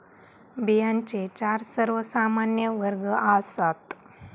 बियांचे चार सर्वमान्य वर्ग आसात